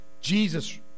Jesus